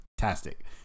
fantastic